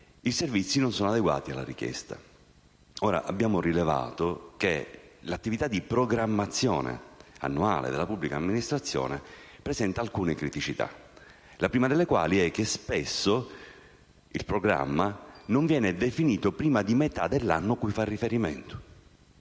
i servizi non sono adeguati alla richiesta. Abbiamo rilevato che l'attività di programmazione annuale della pubblica amministrazione presenta alcune criticità, la prima delle quali è che spesso il programma non viene definito prima che sia trascorsa la metà dell'anno cui fa riferimento.